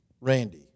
Randy